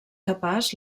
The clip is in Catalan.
capaç